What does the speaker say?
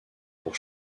pour